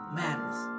matters